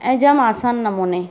ऐं जाम आसानु नमूने